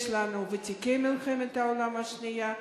יש לנו ותיקי מלחמת העולם השנייה,